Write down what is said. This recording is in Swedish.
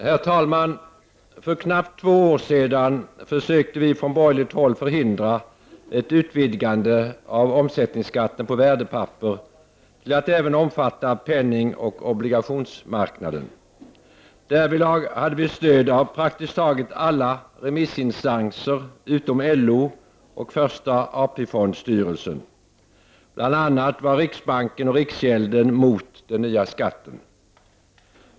Herr talman! För knappt två år sedan försökte vi från borgerligt håll förhindra ett utvidgande av omsättningsskatten på värdepapper till att även omfatta penningoch obligationsmarknaden. Därvidlag hade vi stöd av praktiskt taget alla remissinstanser utom LO och första AP-fondstyrelsen. Mot den nya skatten var bl.a. riksbanken och riksgäldskontoret.